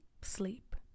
sleep